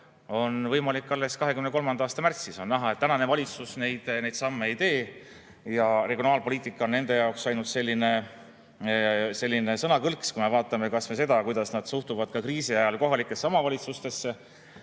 on võimalik alles 2023. aasta märtsis. On näha, et tänane valitsus neid samme ei tee ja regionaalpoliitika on nende jaoks ainult sõnakõlks. Kui me vaatame kas või seda, kuidas nad suhtuvad ka kriisi ajal kohalikesse omavalitsustesse,